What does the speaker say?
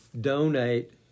donate